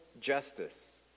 justice